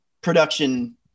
production